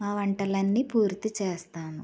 ఆ వంటలన్నీ పూర్తి చేస్తాము